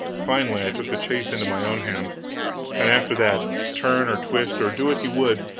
finally i took the chase into my own hands and after that, turn, or twist, or do what he would,